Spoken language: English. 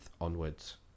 onwards